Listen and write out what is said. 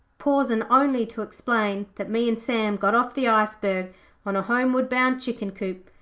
pausin' only to explain that me an' sam got off the iceberg on a homeward bound chicken coop,